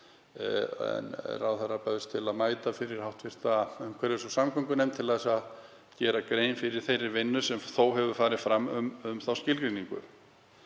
Ráðherra bauðst til að mæta fyrir hv. umhverfis- og samgöngunefnd til að gera grein fyrir þeirri vinnu sem þó hefði farið fram um þá skilgreiningu.